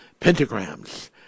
pentagrams